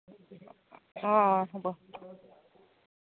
অঁ হ'ব